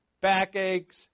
backaches